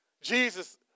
Jesus